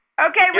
Okay